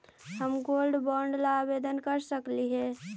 हम gold bond ला आवेदन कर सकली हे?